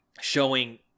showing